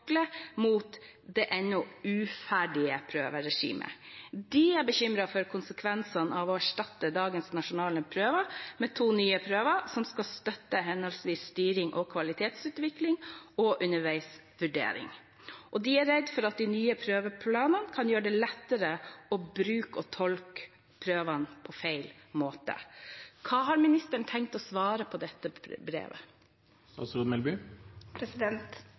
mot det ennå uferdige prøveregimet. De er bekymret for konsekvensene av å erstatte dagens nasjonale prøver med to nye prøver som skal støtte henholdsvis styring og kvalitetsutvikling, og underveisvurdering. De er redde for at de nye prøveplanene kan gjøre det lettere å bruke og tolke prøvene på feil måte. Hva har ministeren tenkt å svare på dette